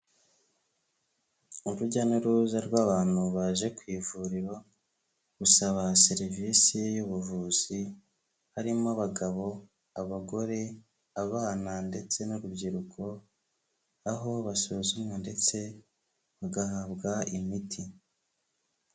Urujya n'uruza rw'abantu baje ku ivuriro, gusaba serivisi y'ubuvuzi, harimo abagabo abagore, abana ndetse n'urubyiruko aho basuzumwa ndetse bagahabwa imiti.